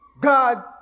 God